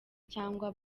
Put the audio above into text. cyangwa